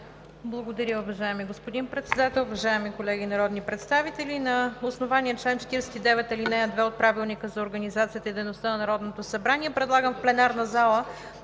Благодаря, уважаеми господин Председател. Уважаеми колеги народни представители! На основание чл. 49, ал. 2 от Правилника за организацията и дейността на Народното събрание предлагам в пленарната зала